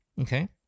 Okay